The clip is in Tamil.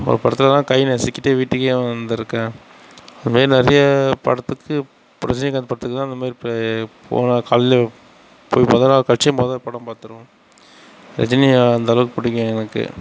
அந்த படத்துலலாம் கை நசுக்கிட்டு வீட்டுக்கே வந்துருக்கேன் அதுமாரி நிறைய படத்துக்கு ரஜினிகாந்த் படத்துக்குலாம் அந்தமாதிரி போனால் காலைலே போய் முதல் நாள் காட்சி மொதல் படம் பார்த்துடுவேன் ரஜினியை அந்த அளவுக்கு பிடிக்கும் எனக்கு